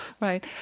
Right